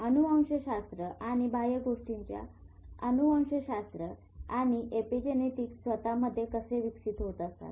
अनुवंशशास्त्र आणि एपिजेनेटिक्स स्वत मध्ये कसे विकसीत होत असतात